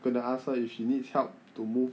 going to ask her if she needs help to move